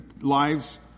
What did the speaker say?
lives